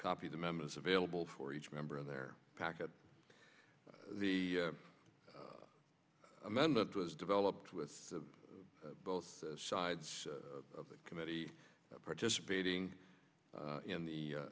copy the members available for each member in their packet the amendment was developed with both sides of the committee participating in the